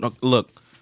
look